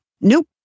nope